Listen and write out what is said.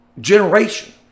generation